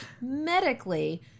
medically